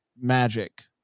magic